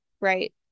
right